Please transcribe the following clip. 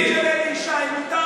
איציק, הוא נאמן של אלי ישי, מותר לו.